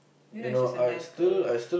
you know that she's a nice girl